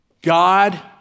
God